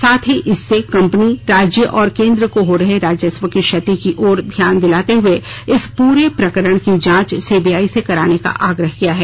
साथ ही इससे कंपनी राज्य और केंद्र को हो रहे राजस्व की क्षति की ओर ध्यान दिलाते हुए इस पूरे प्रकरण की जांच सीबीआई से कराने का आग्रह किया है